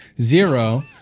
zero